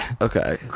okay